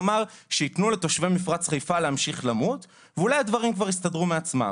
כלומר שייתנו לתושבי מפרץ חיפה להמשיך למות ואולי הדברים יסתדרו מעצמם.